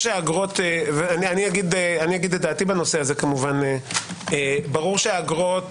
אגיד את דעתי בנושא הזה, כמובן, ברור שהאגרות